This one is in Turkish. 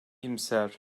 iyimser